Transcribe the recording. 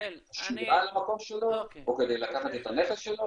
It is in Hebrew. השמירה על המקום שלו או כדי לקחת את הנכס שלו?